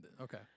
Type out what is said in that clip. Okay